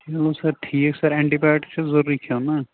نو sir ٹھیٖک sir antibiotic چھُ ضروٗری کھیٚون نا